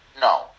No